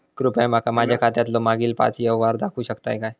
कृपया माका माझ्या खात्यातलो मागील पाच यव्हहार दाखवु शकतय काय?